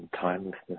timelessness